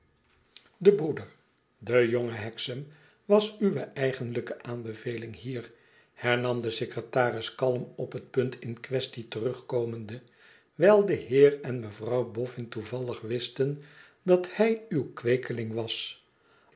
de broeder de jonge hexam was uwe eigenlijke aanbeveling hier hernam de secretaris kalm op het punt in quaestie terugkomende wijl de heer en mevrouw bofün toevallig wisten dat hij uw kweekeling was